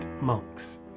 monks